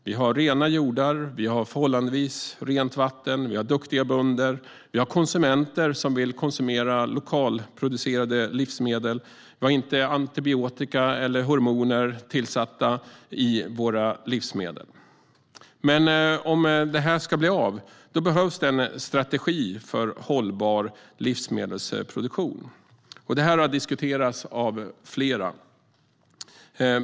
Vi har rena jordar, förhållandevis rent vatten, duktiga bönder och konsumenter som vill köpa lokalproducerade livsmedel. Vi har inte antibiotika eller hormoner tillsatta i våra livsmedel. Men om det ska bli av behövs det en strategi för hållbar livsmedelsproduktion, och det har diskuterats av flera.